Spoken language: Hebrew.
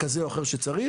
כזה או אחר יש מנהלים,